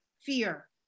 fear